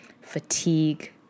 fatigue